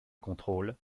contrôle